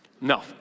No